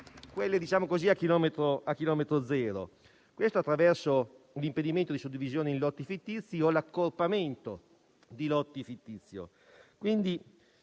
quelle a chilometro zero. Questo attraverso l'impedimento di suddivisione in lotti fittizi o l'accorpamento di lotti fittizi.